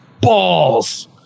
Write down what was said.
balls